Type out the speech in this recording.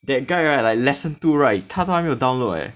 that guy right like lesson two right 他都还没有 download leh